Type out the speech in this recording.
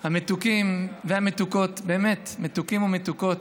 המתוקים והמתוקות, באמת מתוקים ומתוקות,